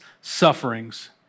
sufferings